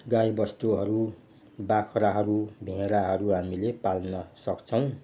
गाईबस्तुहरू बाख्राहरू भेडाहरू हामीले पाल्न सक्छौँ